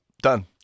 Done